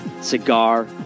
Cigar